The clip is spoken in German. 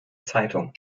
zeitung